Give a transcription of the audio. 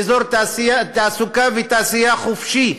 לאזור תעסוקה ותעשייה חופשי.